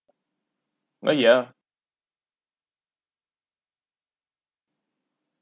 oh yeah